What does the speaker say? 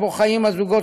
אדוני,